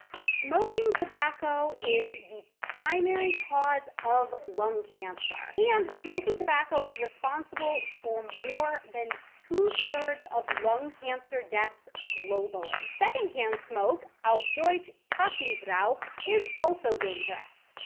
smoking tobacco is the primary cause of lung cancer, yeah and smoking tobacco is responsible for more than two-thirds of lung cancer deaths globally. second-hand smoke, auf deutsch passivrauch, is also dangerous.